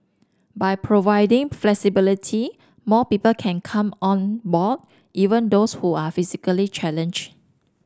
by providing flexibility more people can come on board even those who are physically challenge